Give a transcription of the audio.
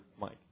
Mike